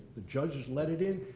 the judges let it in.